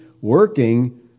working